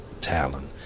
talent